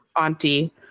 auntie